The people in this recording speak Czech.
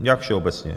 Jak všeobecně?